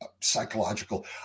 psychological